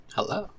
Hello